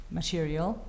material